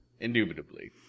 Indubitably